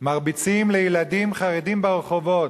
מרביצים לילדים חרדים ברחובות.